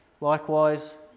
likewise